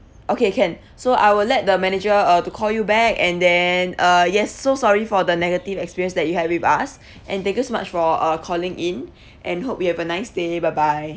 okay can so I will let the manager uh to call you back and then uh yes so sorry for the negative experience that you had with us and thank you so much for uh calling in and hope you have a nice day bye bye